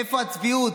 איפה הצביעות?